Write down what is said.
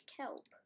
kelp